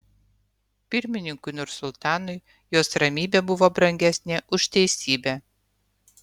pirmininkui nursultanui jos ramybė buvo brangesnė už teisybę